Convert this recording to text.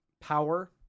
power